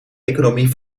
economie